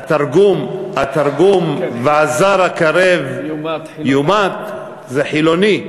התרגום "והזר הקרב יומת", זה חילוני.